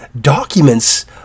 documents